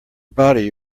body